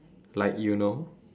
like you know